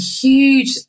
huge